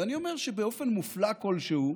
ואני אומר שבאופן מופלא כלשהו,